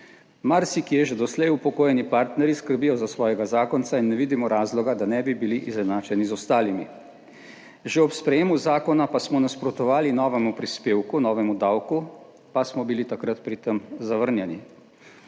Marsikje že doslej upokojeni partnerji skrbijo za svojega zakonca in ne vidimo razloga, da ne bi bili izenačeni z ostalimi. Že ob sprejemu zakona pa smo nasprotovali novemu prispevku, novemu davku, pa smo bili takrat pri tem zavrnjeni.